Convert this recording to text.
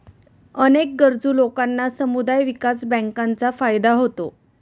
अनेक गरजू लोकांना समुदाय विकास बँकांचा फायदा होतो